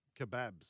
kebabs